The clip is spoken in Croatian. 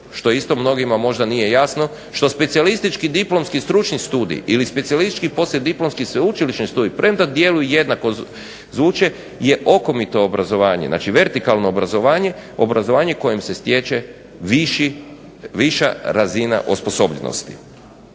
što isto mnogima možda nije jasno, što specijalistički diplomski stručni studij ili specijalistički poslijediplomski sveučilišni studij, premda dijelom jednako zvuče, je okomito obrazovanje, znači vertikalno obrazovanje, obrazovanje kojim se stječe viša razina osposobljenosti.